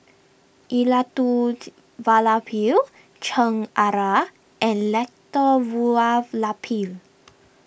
Elattuvalapil Chengara and Elattuvalapil